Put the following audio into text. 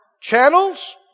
Channels